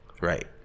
Right